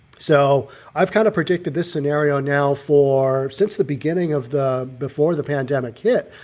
so i've kind of predicted this scenario now for since the beginning of the before the pandemic hit.